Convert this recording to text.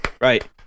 Right